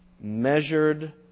measured